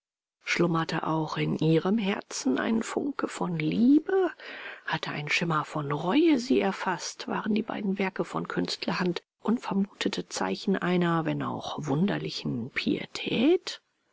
schlummerte auch in ihrem herzen ein funke von liebe hatte ein schimmer von reue sie erfaßt waren die beiden werke von künstlerhand unvermutete zeichen einer wenn auch wunderlichen pietät